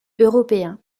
européen